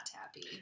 happy